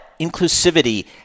inclusivity